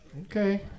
Okay